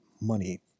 money